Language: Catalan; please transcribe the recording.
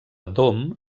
dom